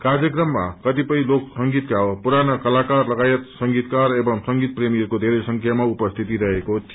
कार्यक्रममा कतिपय लोक संगीतका पुराना कलाकार लगायत संगीतकार एवं संगीत प्रेमीहरूको धेरै संख्याामा उपस्थिति रहेको थियो